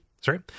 Sorry